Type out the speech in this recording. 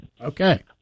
Okay